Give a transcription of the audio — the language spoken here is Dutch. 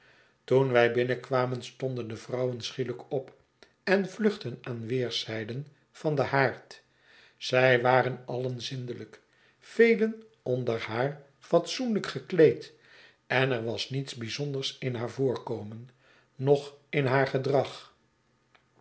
toen wij binnenkwamen stonden de vrouwen schielijk op en vluchtten aan weerszijden van den haard zij waren alien zindelijk velen onder haar fatsoenlyk gekleed en er was niets bijzonders in haar voorkomen noch in haar gedrag